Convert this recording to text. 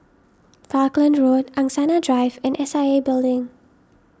Falkland Road Angsana Drive and S I A Building